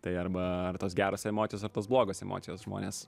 tai arba tos geros emocijos ar tos blogos emocijos žmonės